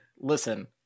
listen